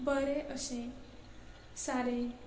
बरें अशे सारें